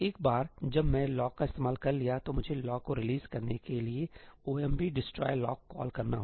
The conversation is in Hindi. एक बार जब मैं लॉक का इस्तेमाल कर लिया तो मुझे लॉक को रिलीज़ करने के लिए 'omp destroy lock' कॉल करना होगा